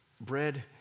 bread